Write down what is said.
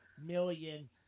million